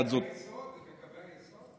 זה קווי היסוד?